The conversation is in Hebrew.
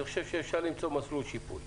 אני חושב שאפשר למצוא מסלול שיפוי.